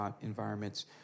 environments